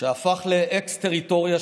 אתה לא רואה,